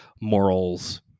morals